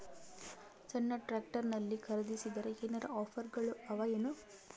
ಸಣ್ಣ ಟ್ರ್ಯಾಕ್ಟರ್ನಲ್ಲಿನ ಖರದಿಸಿದರ ಏನರ ಆಫರ್ ಗಳು ಅವಾಯೇನು?